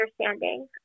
understanding